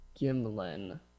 Gimlin